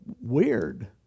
weird